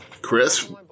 Chris